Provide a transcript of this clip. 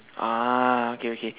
ah okay okay